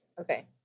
Okay